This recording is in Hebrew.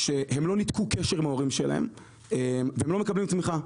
שהם לא ניתקו קשר עם ההורים שלהם והם לא מקבלים תמיכה.